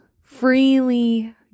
freely